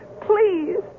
please